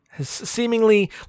seemingly